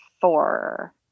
four